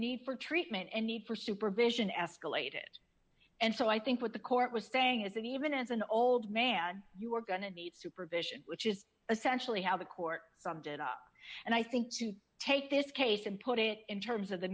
his need for treatment any for supervision escalated and so i think what the court was saying is that even as an old man you are going to need supervision which is essentially how the court summed it up and i think to take this case and put it in terms of the